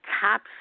top